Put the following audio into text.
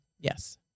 Yes